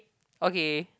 okay